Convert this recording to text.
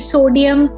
Sodium